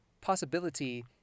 possibility